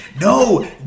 No